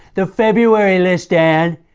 the february list, dan!